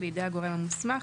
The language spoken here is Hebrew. בידי הגורם המוסמך,